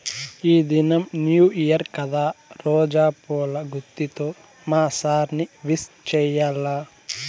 ఈ దినం new year కదా రోజా పూల గుత్తితో మా సార్ ని విష్ చెయ్యాల్ల